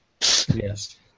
Yes